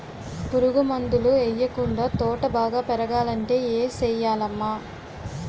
పురుగు మందులు యెయ్యకుండా తోట బాగా పెరగాలంటే ఏ సెయ్యాలమ్మా